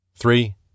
three